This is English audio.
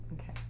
Okay